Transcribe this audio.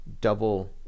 double